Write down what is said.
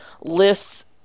lists